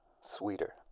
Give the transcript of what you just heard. sweeter